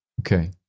Okay